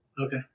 Okay